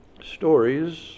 stories